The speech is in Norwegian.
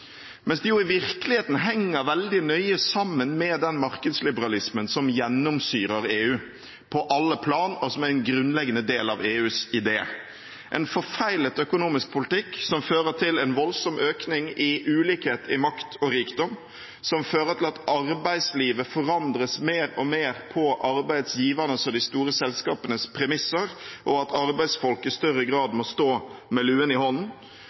mens det i virkeligheten henger veldig nøye sammen med den markedsliberalismen som gjennomsyrer EU på alle plan, og som er en grunnleggende del av EUs idé. Det er en forfeilet økonomisk politikk som fører til en voldsom økning i ulikhet i makt og rikdom, som fører til at arbeidslivet forandres mer og mer på arbeidsgivernes og de store selskapenes premisser, og at arbeidsfolk i større grad må stå med luen i hånden,